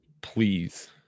please